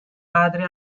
padre